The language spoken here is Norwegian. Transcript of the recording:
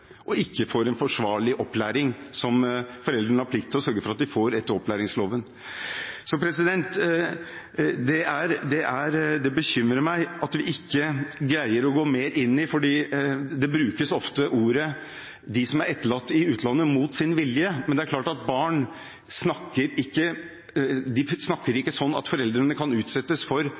dem ikke gjør det, og ikke får en forsvarlig opplæring, som foreldrene har plikt til å sørge for at de får etter opplæringsloven. Det bekymrer meg at vi ikke greier å gå mer inn i det, for man bruker ofte begreper som de som er etterlatt i utlandet «mot sin vilje», men det er klart at barn snakker ikke sånn at foreldrene kan utsettes for